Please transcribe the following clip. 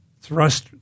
thrust